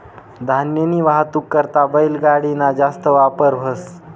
धान्यनी वाहतूक करता बैलगाडी ना जास्त वापर व्हस